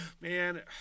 Man